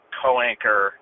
co-anchor